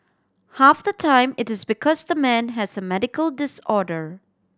half the time it is because the man has a medical disorder